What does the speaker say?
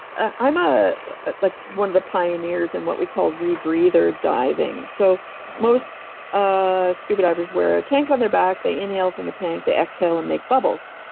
i'm ah but like one of the pioneers in and what we call rebreather diving. so most ah scuba divers wear a tank on their back. they inhale from the tank. they exhale and make bubbles.